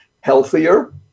healthier